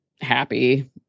happy